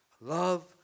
love